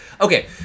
Okay